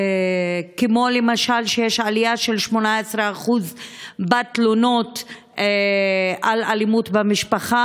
למשל שיש עלייה של 18% בתלונות על אלימות במשפחה.